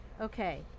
Okay